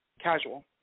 casual